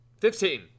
Fifteen